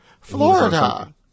Florida